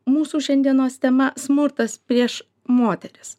mūsų šiandienos tema smurtas prieš moteris